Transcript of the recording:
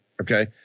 Okay